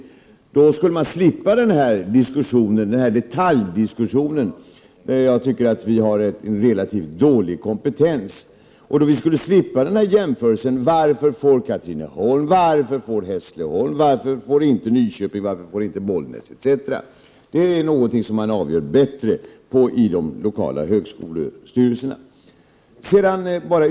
På detta sätt skulle man slippa denna detaljdiskussion, för vilken jag anser att vi har relativt dålig kompetens. Vidare skulle vi slippa frågor av typen: Varför får Katrineholm och Hässleholm utbildningen men inte Nyköping, Bollnäs etc.? Dessa frågor kan bättre avgöras av de lokala högskolestyrelserna.